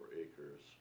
acres